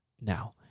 now